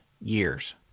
years